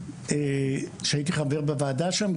והייתי חבר בוועדה שם.